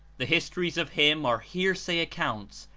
the histories of him are hearsay accounts,